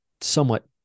somewhat